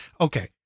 okay